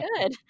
good